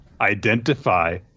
identify